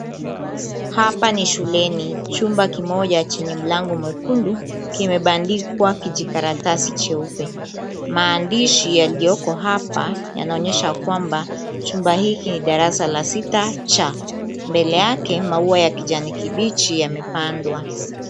Hapa ni shuleni, chumba kimoja chenye mlango mwekundu kimebandikwa kijikaratasi cheupe. Maandishi yaliyoko hapa yanaonyesha kwamba chumba hiki ni darasa la sita C. Mbele yake maua ya kijani kibichi yamepandwa.